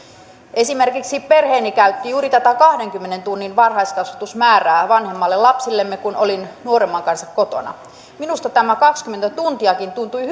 esimerkiksi perheeni käytti juuri tätä kahdenkymmenen tunnin varhaiskasvatuksen määrää vanhemmalle lapsellemme kun olin nuoremman kanssa kotona minusta tämä kahdenkymmenen tuntiakin tuntui